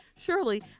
Surely